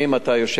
היית יושב-ראש,